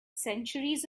centuries